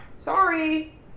Sorry